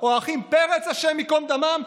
השם ייקום דמו,